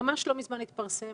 ממש לא מזמן התפרסם